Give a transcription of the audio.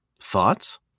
Thoughts